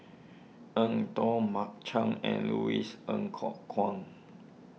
Eng Tow Mark Chan and Louis Ng Kok Kwang